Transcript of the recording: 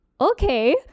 okay